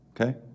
Okay